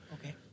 Okay